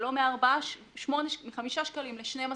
ולא מ-5 שקלים ל-12 שקלים.